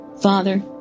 Father